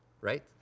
right